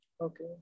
Okay